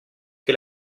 che